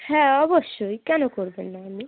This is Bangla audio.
হ্যাঁ অবশ্যই কেনো করবেন না আপনি